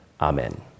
Amen